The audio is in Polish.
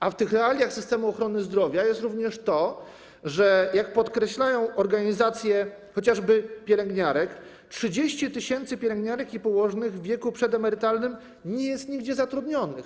A w tych realiach systemu ochrony zdrowia jest również to, że - jak podkreślają organizacje, chociażby pielęgniarek - 30 tys. pielęgniarek i położnych w wieku przedemerytalnym nie jest nigdzie zatrudnionych.